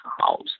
house